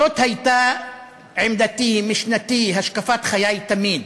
זאת הייתה עמדתי, משנתי, השקפת חיי תמיד.